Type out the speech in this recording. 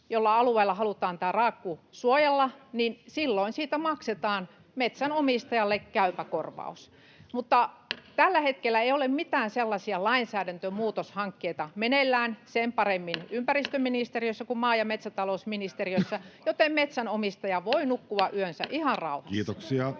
jolla halutaan alueella raakku suojella, niin silloin siitä maksetaan metsänomistajalle käypä korvaus. Tällä hetkellä ei ole mitään sellaisia lainsäädäntömuutoshankkeita meneillään sen paremmin ympäristöministeriössä kuin maa- ja metsätalousministeriössä, joten metsänomistaja voi nukkua yönsä ihan rauhassa.